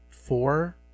four